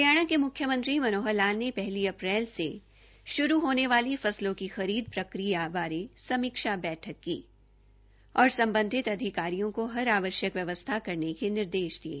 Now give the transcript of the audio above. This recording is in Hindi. हरियाणा के मुख्यमंत्री मनोहर लाल ने पहली अप्रैल से शुरू होने वाली फसलों की खरीद प्रकिया बारे समीक्षा बैठक की और संबंधित अधिकारियों को हर आवष्यक व्यवस्था करने के निर्देष दिये